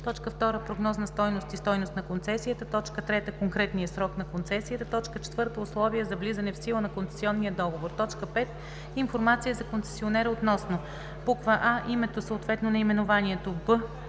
2. прогнозна стойност и стойност на концесията; 3. конкретния срок на концесията; 4. условия за влизане в сила на концесионния договор; 5. информация за концесионера относно: а) името, съответно наименованието;